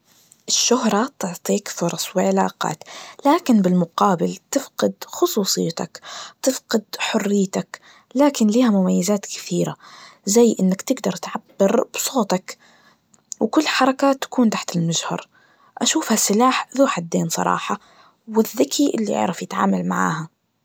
الشهرة تعطيك فرص وعلاقات, لكن بالمقابل تفقد خصوصيتك, تفقد حريتك, لكن لها مميزات كثيرة, زي إنك تقدر تعبر بصوتك, وكل حركة تكون تحت المجهر, أشوفها سلاح ذذو حدين صراحة, والذكي اللي يعرف يتعامل معاها.